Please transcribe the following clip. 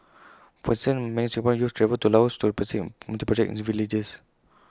for instance many Singaporean youths travel to Laos to participate in community projects in its villages